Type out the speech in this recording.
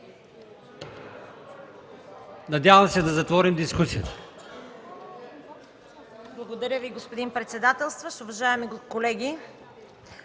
Надявам се да затворим дискусията.